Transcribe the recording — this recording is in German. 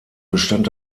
bestand